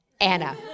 Anna